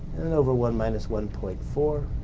and over one minus one point four.